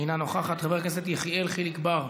אינה נוכחת, חבר הכנסת יחיאל חיליק בר,